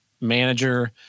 manager